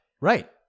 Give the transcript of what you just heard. Right